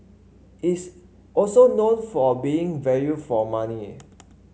it's also known for being value for money